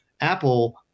Apple